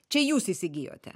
čia jūs įsigijote